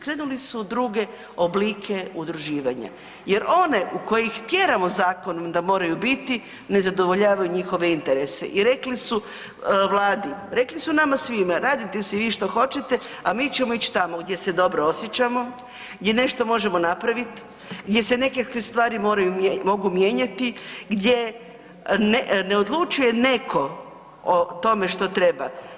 Krenuli su u druge oblike udruživanja jer one u koje ih tjeramo zakonom da moraju biti ne zadovoljavaju njihove interese i rekli su Vladi, rekli su nama svima radite si vi što hoćete, a mi ćemo ići tamo gdje se dobro osjećamo, gdje nešto možemo napravit, gdje se neke stvari mogu mijenjati, gdje ne odlučuje neko o tome što treba.